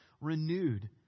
renewed